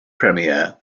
premiere